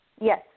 Yes